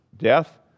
Death